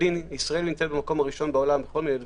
ישראל נמצאת במקום הראשון בעולם בכל מיני דברים.